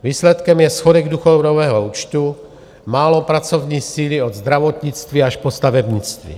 Výsledkem je schodek důchodového účtu, málo pracovní síly od zdravotnictví až po stavebnictví.